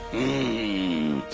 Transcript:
a